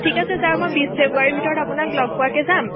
ঠিক আছে ছাৰ মই বিছ ফেব্ৰুৱাৰী ভিতৰত আপোনাক লগ পোৱাকৈ যাম